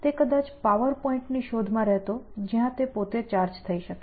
તે કદાચ power point ની શોધ માં રહેતો જ્યાં તે પોતે ચાર્જ થઈ શકે